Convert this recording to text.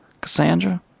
Cassandra